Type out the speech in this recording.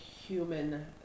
human